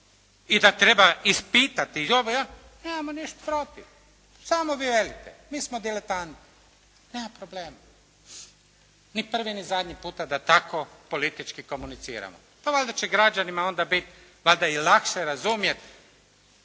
i da treba ispitati i ovo i ono, nemamo ništa protiv. Samo vi velite, mi smo dilitanti. Nema problema. Ni prvi ni zadnji puta da tako politički komuniciramo. Pa valjda će građanima onda biti valjda i lakše razumjeti